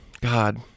god